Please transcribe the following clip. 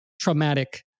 traumatic